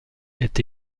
est